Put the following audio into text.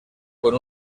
con